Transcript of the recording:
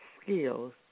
skills